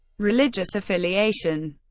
religious affiliation